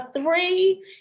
three